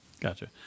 Gotcha